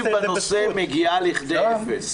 ידיעתי בנושא מגיעה לכדי אפס.